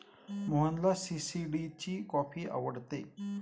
मोहनला सी.सी.डी ची कॉफी आवडते